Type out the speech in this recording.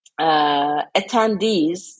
attendees